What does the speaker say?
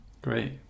Great